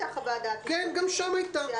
גם שם הייתה חוות דעת משפטית,